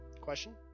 Question